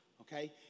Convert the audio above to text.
okay